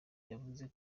yavuze